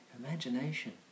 Imagination